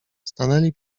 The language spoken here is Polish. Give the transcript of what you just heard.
stanęli